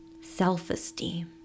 self-esteem